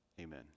Amen